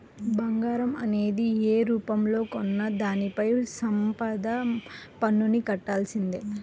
బంగారం అనేది యే రూపంలో కొన్నా దానిపైన సంపద పన్నుని కట్టాల్సిందే